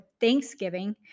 Thanksgiving